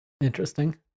interesting